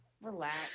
Relax